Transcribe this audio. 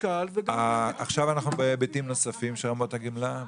עכשיו אנחנו בהיבטים נוספים של רמות הגמלה.